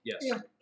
Yes